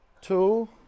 Two